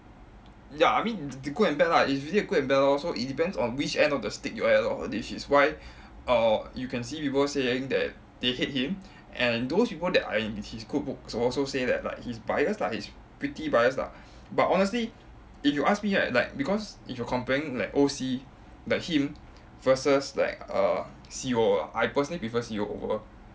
ya I mean good and bad lah it's really good and bad lor so it depends on which end of the stick you get lor which is why err you can see people saying that they hate him and those people that are in his good books will also say that like he's biased lah he's pretty biased lah but honestly if you ask me right like because if you're comparing like O_C like him versus like err C_O I personally prefer C_O over